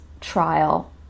trial